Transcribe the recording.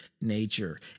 Nature